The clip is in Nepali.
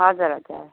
हजुर हजुर